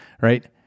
Right